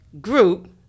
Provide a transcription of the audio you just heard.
Group